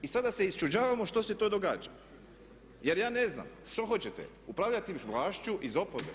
I sada se iščuđavamo što se to događa, jer ja ne znam što hoćete upravljati vlašću iz oporbe.